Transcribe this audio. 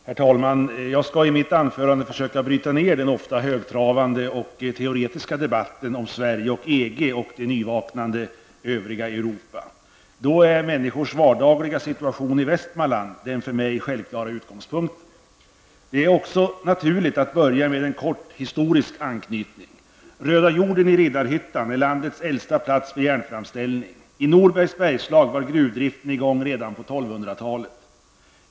Herr talman! Jag skall i mitt anförande försöka bryta ned den ofta högtravande och teoretiska debatten om Sverige och EG samt det nyvaknande övriga Europa. Då är människors vardagliga situation i Västmanland den för mig självklara utgångspunkten. Det är också naturligt att börja med en kort historisk anknytning. Röda jorden i Riddarhyttan är landets äldsta plats för järnframställning. I Norbergs bergslag var gruvdriften i gång redan på 1200-talet.